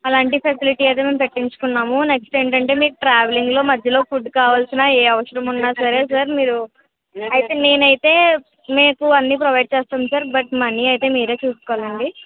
అలాంటి ఫెసిలిటీ అయితే మేము పెట్టించుకున్నాము నెక్స్ట్ ఏంటంటే మీకు ట్రావెలింగ్లో మధ్యలో ఫుడ్ కావలసిన ఏ అవసరం ఉన్నా సరే సార్ మీరు అయితే నేను అయితే మీకు అన్నీ ప్రొవైడ్ చేస్తాం సార్ బట్ మనీ అయితే మీరు చూసుకోవాలండి